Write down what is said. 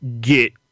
get